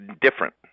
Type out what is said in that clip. different